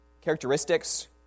characteristics